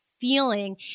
feeling